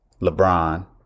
LeBron